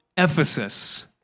Ephesus